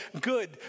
good